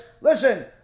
listen